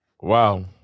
Wow